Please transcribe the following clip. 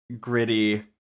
gritty